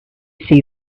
see